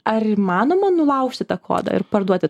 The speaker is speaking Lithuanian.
ar įmanoma nulaužti tą kodą ir parduoti